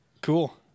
Cool